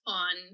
on